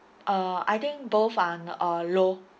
uh I think both are on uh low